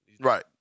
Right